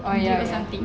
drip or something